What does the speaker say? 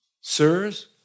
Sirs